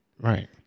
Right